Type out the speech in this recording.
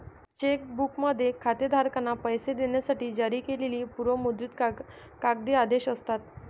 check बुकमध्ये खातेधारकांना पैसे देण्यासाठी जारी केलेली पूर्व मुद्रित कागदी आदेश असतात